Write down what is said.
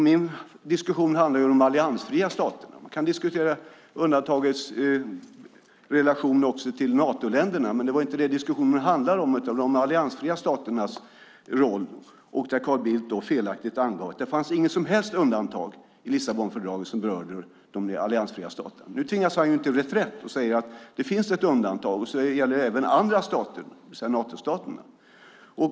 Min diskussion handlar om de alliansfria staterna. Man kan diskutera undantagets relation också till Natoländerna. Men det var inte det diskussionen handlade om, utan den handlade om de alliansfria staternas roll. Carl Bildt angav felaktigt att det inte fanns något som helst undantag i Lissabonfördraget som berörde de alliansfria staterna. Nu tvingas han till reträtt och säger att det finns ett undantag och att det gäller även andra stater, det vill säga Natostaterna.